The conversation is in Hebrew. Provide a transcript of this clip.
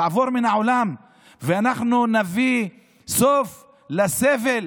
תעבור מן העולם ואנחנו נביא סוף לסבל